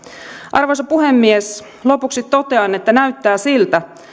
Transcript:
arvoisa puhemies lopuksi totean että näyttää siltä